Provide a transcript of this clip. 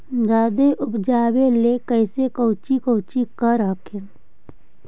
जादे उपजाबे ले अपने कौची कौची कर हखिन?